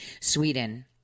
Sweden